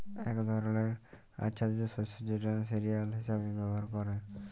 এক ধরলের আচ্ছাদিত শস্য যেটা সিরিয়াল হিসেবে ব্যবহার ক্যরা হ্যয়